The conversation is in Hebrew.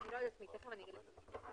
כאמור בסעיף 50 לאותו חוק.